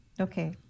Okay